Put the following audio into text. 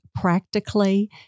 practically